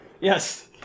yes